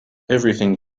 everything